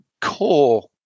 core